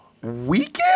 weekend